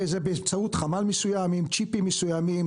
זה באמצעות חמ"ל מסוים, עם צ'יפים מסוימים.